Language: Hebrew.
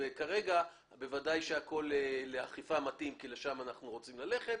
כרגע בוודאי הכול מתאים לאכיפה כי לשם אנחנו רוצים ללכת,